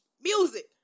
music